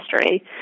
history